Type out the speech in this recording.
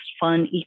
fun